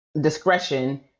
discretion